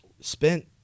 spent